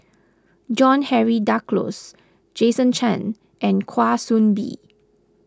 John Henry Duclos Jason Chan and Kwa Soon Bee